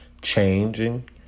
changing